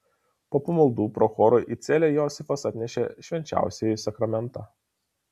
po pamaldų prochorui į celę josifas atnešė švenčiausiąjį sakramentą